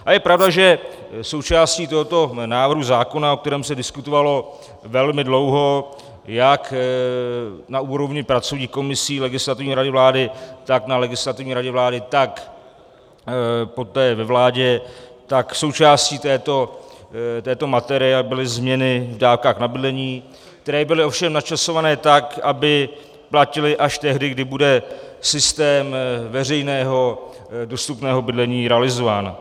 A je pravda, že součástí tohoto návrhu zákona, o kterém se diskutovalo velmi dlouho jak na úrovni pracovních komisí Legislativní rady vlády, tak na Legislativní radě vlády, tak poté ve vládě, tak součástí této materie byly změny v dávkách na bydlení, které byly ovšem načasované tak, aby platily až tehdy, až bude systém veřejného dostupného bydlení realizován.